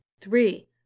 three